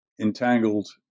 entangled